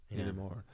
anymore